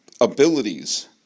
abilities